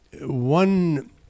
one